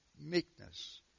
meekness